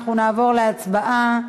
אנחנו נעבור להצבעה.